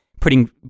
putting